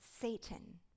Satan